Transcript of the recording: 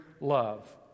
love